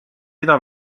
ida